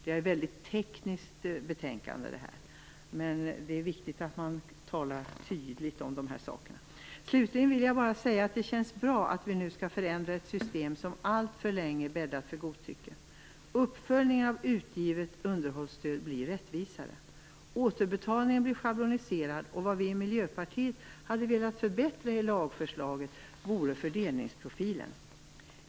Det här betänkandet är väldigt tekniskt, men det är viktigt att man talar tydligt om de här sakerna. Slutligen vill jag bara säga att det känns bra att vi nu skall förändra ett system som alltför länge bäddat för godtycke. Uppföljningen av utgivet underhållsstöd blir rättvisare. Återbetalningen blir schabloniserad. Vad vi i Miljöpartiet hade velat förbättra i lagförslaget är fördelningsprofilen.